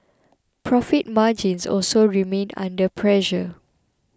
profit margins also remained under pressure